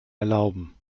erlauben